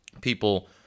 People